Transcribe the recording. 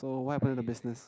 so what happen to the business